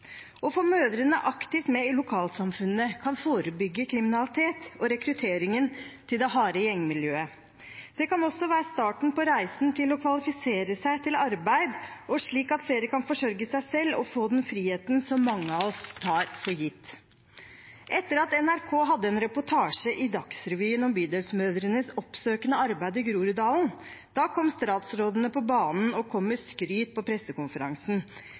mødrene aktivt med i lokalsamfunnene kan forebygge kriminalitet og rekrutteringen til det harde gjengmiljøet. Det kan også være starten på reisen til å kvalifisere seg til arbeid, slik at flere kan forsørge seg selv og få den friheten som mange av oss tar for gitt. Etter at NRK hadde en reportasje i Dagsrevyen om Bydelsmødres oppsøkende arbeid i Groruddalen, kom statsrådene på banen og kom med skryt på pressekonferansen.